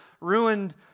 ruined